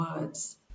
words